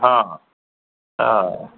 હા હા